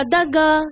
Daga